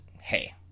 hey